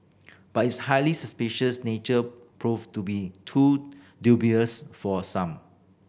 but its highly suspicious nature proved to be too dubious for some